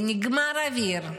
ונגמר האוויר.